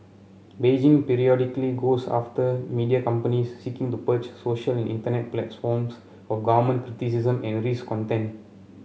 Beijing periodically goes after media companies seeking to purge social internet platforms of government criticism and risque content